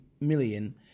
million